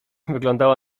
wyglądała